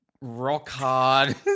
rock-hard